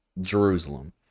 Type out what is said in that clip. Jerusalem